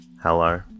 Hello